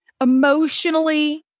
emotionally